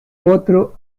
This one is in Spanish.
otro